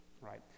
right